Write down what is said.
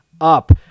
up